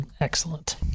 excellent